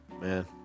Man